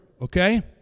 okay